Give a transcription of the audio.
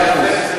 באמת.